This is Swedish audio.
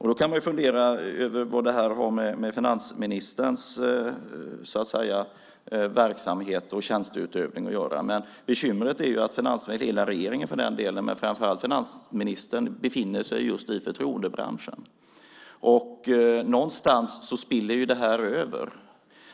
Då kan man ju fundera över vad det här har med finansministerns verksamhet och tjänsteutövning att göra, men bekymret är ju att finansministern - hela regeringen, för den delen - befinner sig just i förtroendebranschen, och någonstans spiller ju det här över.